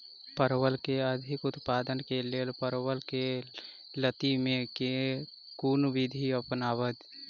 परवल केँ अधिक उत्पादन केँ लेल परवल केँ लती मे केँ कुन विधि अपनाबी?